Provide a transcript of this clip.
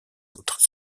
autres